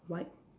white